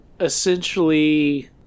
essentially